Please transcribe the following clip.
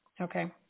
Okay